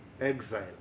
exile